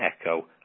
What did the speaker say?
echo